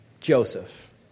Joseph